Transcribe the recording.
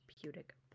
therapeutic